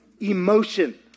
Emotion